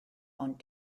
ond